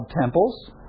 temples